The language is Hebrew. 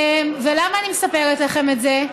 למה אני מספרת לכם את זה?